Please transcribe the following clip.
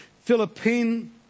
Philippine